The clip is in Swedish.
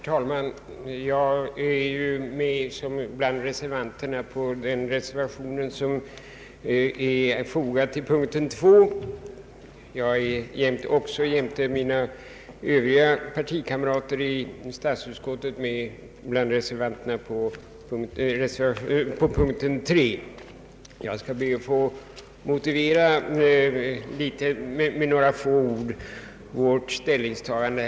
Herr talman! Jag är med bland reservanterna vid punkten 2 i utskottets utlåtande, och jag har jämte mina partikamrater i utskottet reserverat mig också vid punkten 3. Jag skall därför be att med några ord få motivera vårt ställningstagande.